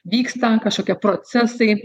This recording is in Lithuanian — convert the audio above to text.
vyksta kažkokie procesai